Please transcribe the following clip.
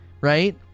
right